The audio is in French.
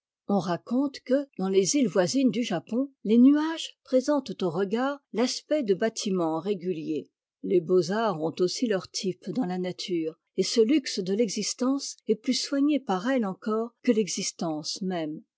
on raconte que dans les îles voisines du japon les nuages présentent aux regards l'aspect de bâtiments réguliers les beaux arts ont aussi leur type dans la nature et ce luxe de l'existence est plus soigné par elle encore que l'existence même